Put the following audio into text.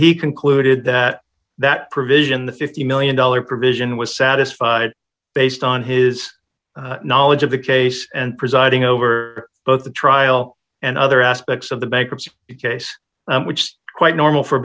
he concluded that that provision the fifty million dollars provision was satisfied based on his knowledge of the case and presiding over both the trial and other aspects of the bankruptcy case which quite normal for